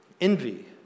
Envy